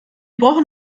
brauchen